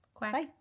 Bye